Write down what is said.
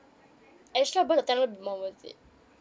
extra burst there will be more worth it